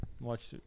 Watch